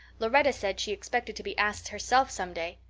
lauretta said she expected to be asked herself someday.